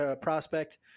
prospect